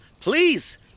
please